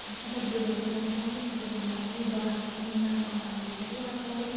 अनपढलाई दियो भने त उनीहरू पढ्नु सकेन भने आफ्नो जग्गाको पनि नाम खराब हुन्छ एउटा पढेको